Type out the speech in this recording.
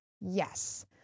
Yes